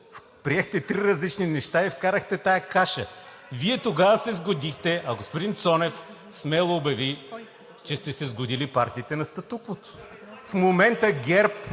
приехте три различни неща и вкарахте тази каша. Вие тогава се сгодихте, а господин Цонев смело обяви, че сте се сгодили партиите на статуквото. В момента ГЕРБ